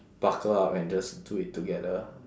buckle up and just do it together